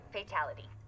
fatality